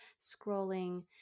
scrolling